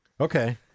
okay